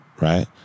right